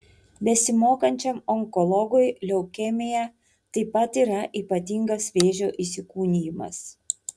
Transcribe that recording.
besimokančiam onkologui leukemija taip pat yra ypatingas vėžio įsikūnijimas